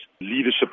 leadership